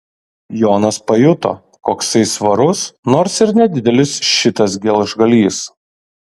jonas pajuto koksai svarus nors ir nedidelis šitas geležgalys